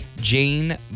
Jane